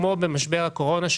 כמו משבר הקורונה,